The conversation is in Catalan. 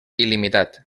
il·limitat